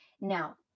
Now